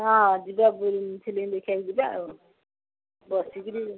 ହଁ ଯିବା ବୁଲି ଫିଲ୍ମ ଦେଖିବାକୁ ଯିବା ଆଉ ବସିକିରି